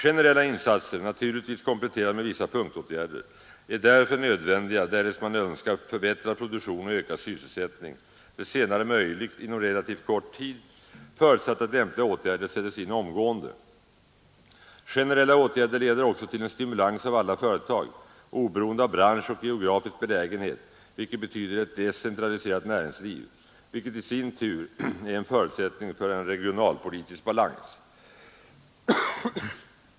Generella insatser — naturligtvis kompletterade med vissa punktåtgärder — är därför nödvändiga därest man önskar förbättrad produktion och ökad sysselsättning, det senare möjligt inom relativt kort tid förutsatt att lämpliga åtgärder sättes in omgående. Generella åtgärder leder också till en stimulans av alla företag oberoende av bransch och geografisk belägenhet, vilket betyder ett decentraliserat näringsliv, något som i sin tur är en förutsättning för en regionalpolitisk balans.